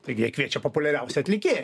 taigi jie kviečia populiariausią atlikėją